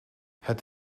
het